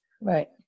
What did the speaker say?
Right